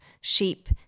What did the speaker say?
sheep